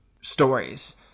stories